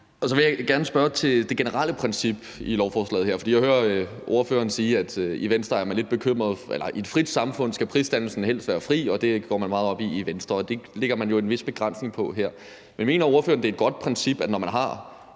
Så vil jeg gerne spørge til det generelle princip i lovforslaget her. For jeg hører ordføreren sige, at i et frit samfund skal prisdannelsen helst være fri, og at man går meget op i det i Venstre. Og det lægger man jo en vis begrænsning på her. Men mener ordføreren, at det er et godt princip, at man, når man har